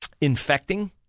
infecting